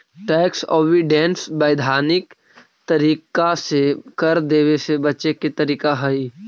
tax avoidance वैधानिक तरीका से कर देवे से बचे के तरीका हई